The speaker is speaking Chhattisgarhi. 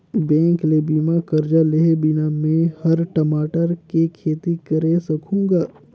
बेंक ले बिना करजा लेहे बिना में हर टमाटर के खेती करे सकहुँ गा